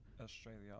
Australia